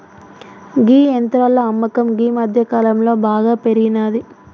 గీ యంత్రాల అమ్మకం గీ మధ్యకాలంలో బాగా పెరిగినాది